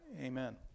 amen